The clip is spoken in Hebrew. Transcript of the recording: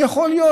יכול להיות,